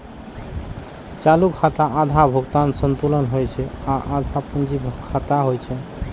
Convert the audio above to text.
चालू खाता आधा भुगतान संतुलन होइ छै आ आधा पूंजी खाता होइ छै